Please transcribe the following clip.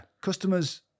customers